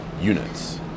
units